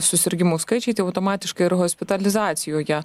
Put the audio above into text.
susirgimų skaičiai tai automatiškai ir hospitalizacijoje